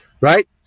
Right